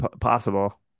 possible